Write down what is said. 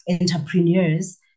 entrepreneurs